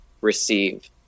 receive